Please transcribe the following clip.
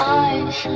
eyes